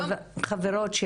חברות,